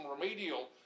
remedial